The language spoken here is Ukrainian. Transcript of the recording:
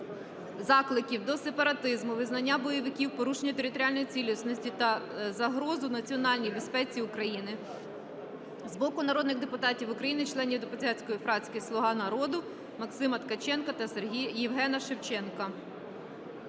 закликів до сепаратизму, визнання бойовиків, порушення територіальної цілісності та загрозу національній безпеці України з боку народних депутатів України - членів депутатської фракції "Слуга народу" Максима Ткаченка та Євгена Шевченка.